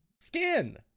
skin